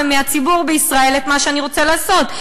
ומהציבור בישראל את מה שאני רוצה לעשות,